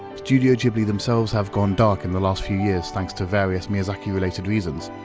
studio ghibli themselves have gone dark in the last few years thanks to various miyazaki related reasons,